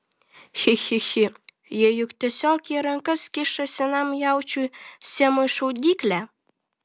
chi chi chi jie juk tiesiog į rankas kiša senam jaučiui semui šaudyklę